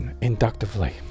inductively